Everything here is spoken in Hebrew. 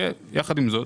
יחד עם זאת,